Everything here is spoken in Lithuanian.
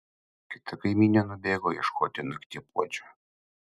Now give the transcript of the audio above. kita kaimynė nubėgo ieškoti naktipuodžio